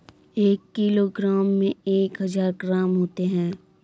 एक किलोग्राम में एक हजार ग्राम होते हैं